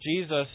Jesus